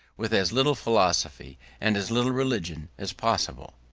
with as little philosophy and as little religion as possible.